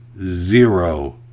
zero